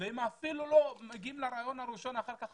והם לא מגיעים אפילו לריאיון ראשון, אחר כך